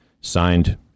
Signed